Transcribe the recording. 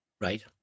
Right